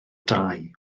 dau